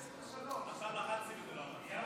הסדר חילוט לרכושו של סוחר נשק),